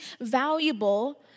valuable